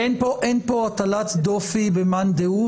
אין פה הטלת דופי במאן דהוא,